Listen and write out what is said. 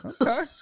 okay